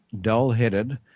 dull-headed